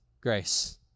grace